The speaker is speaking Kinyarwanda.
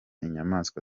inyamaswa